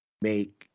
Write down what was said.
make